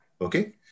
okay